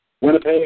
Winnipeg